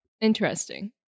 Interesting